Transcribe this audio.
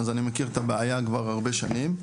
אז אני מכיר את הבעיה כבר הרבה שנים,